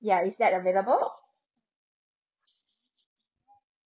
ya is that available